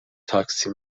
تاکسی